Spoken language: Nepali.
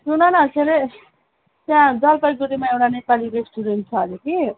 सुन न के अरे त्यहाँ जलपाइगुडीमा एउटा नेपाली रेस्टुरेन्ट छ अरे कि